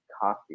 Coffee